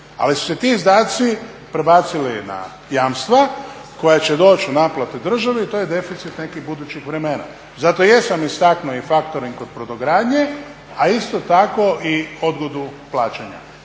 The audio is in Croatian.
Ali su se ti izdaci prebacili na jamstva koja će doći u naplatu državi i to je deficit nekih budućih vremena. Zato i jesam istaknuo i faktoring kod brodogradnje, a isto tako i odgodu plaćanja.